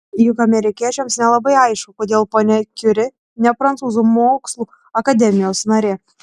juk amerikiečiams nelabai aišku kodėl ponia kiuri ne prancūzų mokslų akademijos narė